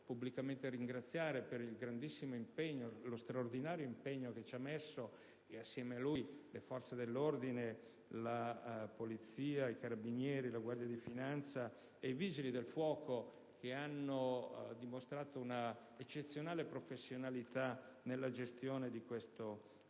pubblicamente ringraziare il prefetto Caruso per lo straordinario impegno che ha profuso e, assieme a lui, le forze dell'ordine (la Polizia, i Carabinieri, la Guardia di finanza e i Vigili del fuoco) che hanno dimostrato un'eccezionale professionalità nella gestione di questo